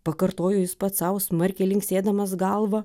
pakartojo jis pats sau smarkiai linksėdamas galva